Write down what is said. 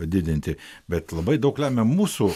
padidinti bet labai daug lemia mūsų